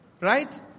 right